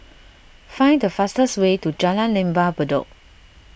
find the fastest way to Jalan Lembah Bedok